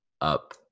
Up